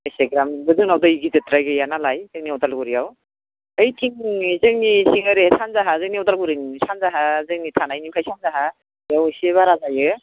एसेग्राबबो जोंनाव दै गिदिरद्राय गैया नालाय जोंनि उदालगुरियाव ओइथिं उननि जोंनि ओरै सानजाहा जोंनि उदालगुरिनि सानजाहा जोंनि थानायनि सानजाहा इयाव एसे बारा जायो